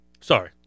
Sorry